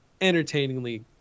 entertainingly